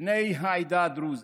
בני העדה הדרוזית?